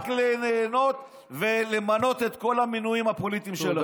רק ליהנות ולמנות את כל המינויים הפוליטיים שלכם.